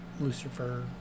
Lucifer